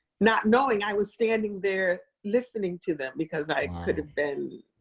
not knowing i was standing there listening to them because i could have been.